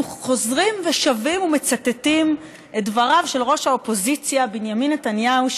אנחנו חוזרים ושבים ומצטטים את דבריו של ראש האופוזיציה בנימין נתניהו,